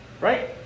Right